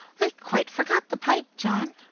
i quite forgot the pipe, john.